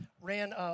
ran